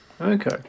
Okay